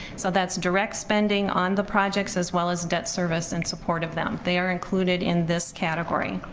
so that's direct spending on the projects as well as debt service in support of them. they are included in this category.